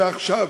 ועכשיו.